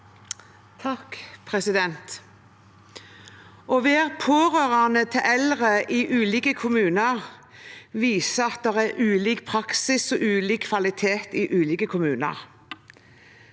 (KrF) Å være pårørende til eldre i ulike kommuner viser at det er ulik praksis og ulik kvalitet i ulike kommuner.